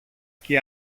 και